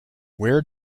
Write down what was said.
where